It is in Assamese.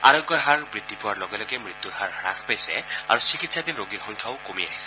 আৰোগ্যৰ হাৰ ক্ৰমাৎ বৃদ্ধি পোৱাৰ লগে লগে মত্যুৰ হাৰ হাস পাইছে আৰু চিকিৎসাধীন ৰোগীৰ সংখ্যাও কমি আহিছে